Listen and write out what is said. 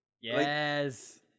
Yes